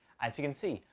as you can see,